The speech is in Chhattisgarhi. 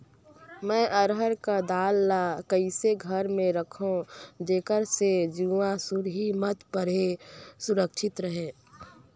मैं अरहर कर दाल ला कइसे घर मे रखों जेकर से हुंआ सुरही मत परे सुरक्षित रहे?